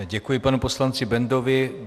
Děkuji panu poslanci Bendovi.